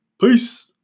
Peace